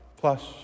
plus